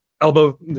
elbow